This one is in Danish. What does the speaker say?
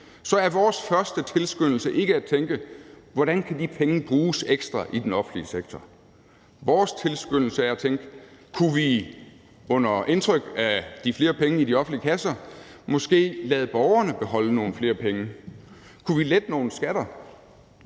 så er vores første tilskyndelse ikke at tænke: Hvordan kan de penge bruges ekstra i den offentlige sektor? Vores tilskyndelse er at tænke: Kunne vi, under indtryk af at der er flere penge i de offentlige kasser, måske lade borgerne beholde nogle flere penge? Kunne vi lette nogle skatter?